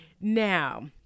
Now